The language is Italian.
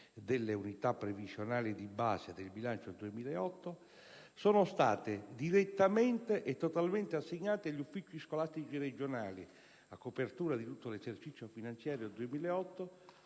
delle unità previsionali di base del bilancio 2008, sono state direttamente e totalmente assegnate agli uffici scolastici regionali a copertura di tutto l'esercizio finanziario 2008